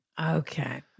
Okay